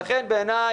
לכן בעיניי,